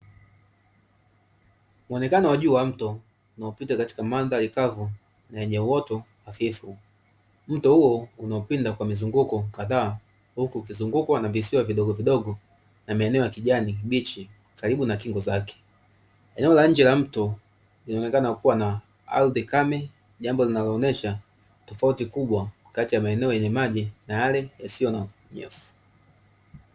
Muonekano wa juu wa mto unaopita katika mandhari kavu na yenye uoto hafifu. Mto huo uliopinda kwa mizunguko kadhaa huku ukizungukwa na visiwa vidogovidogo na maeneo ya kijani kibichi karibu na kingo zake. Eneo la nje la mto linaonekana kuwa na ardhi kame, jambo linaloonyesha tofauti kubwa kati ya maeneo yenye maji na yale yasiyo na unyevu.